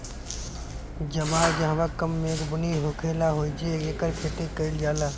जवार जहवां कम मेघ बुनी होखेला ओहिजे एकर खेती कईल जाला